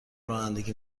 رانندگی